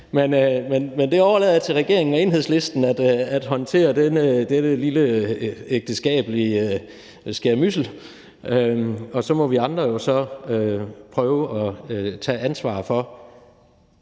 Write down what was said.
men jeg overlader til regeringen og Enhedslisten at håndtere denne lille ægteskabelige skærmydsel, og så må vi andre jo så prøve at tage ansvar for